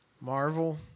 Marvel